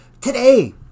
Today